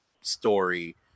story